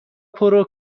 پرو